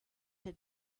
had